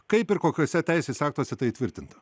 kaip ir kokiuose teisės aktuose tai įtvirtinta